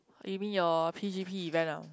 you mean your p_g_p event ah